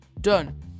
done